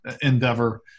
endeavor